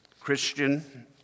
Christian